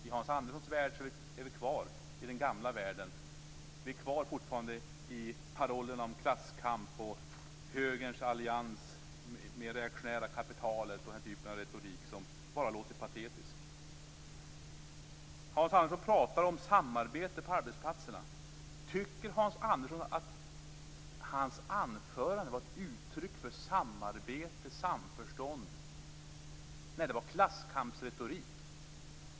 I Hans Anderssons värld är vi kvar i den gamla världen. Vi är fortfarande kvar i parollerna om klasskamp och högerns allians med det reaktionära kapitalet och den typen av retorik som bara låter patetisk. Hans Andersson pratar om samarbete på arbetsplatserna. Tycker Hans Andersson att hans anförande var ett uttryck för samarbete och samförstånd. Nej, det var klasskampsretorik.